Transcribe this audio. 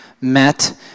met